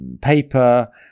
paper